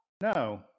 No